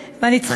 יש לי פריימריז,